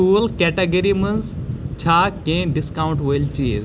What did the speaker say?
ٹھوٗل کیٹَگری مَنٛز چھا کینٛہہ ڈسکاونٛٹ وٲلۍ چیٖز